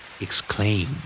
Exclaim